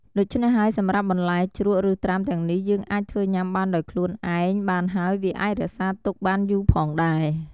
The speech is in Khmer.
ដូច្នេះហេីយសម្រាប់បន្លែជ្រក់ឬត្រាំទាំងនេះយេីងអាចធ្វេីញាំបានដោយខ្លួនឯងបានហេីយវាអាចរក្សាទុកបានយូរផងដែរ។